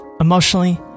emotionally